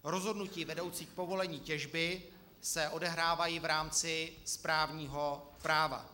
Rozhodnutí vedoucí k povolení těžby se odehrávají v rámci správního práva.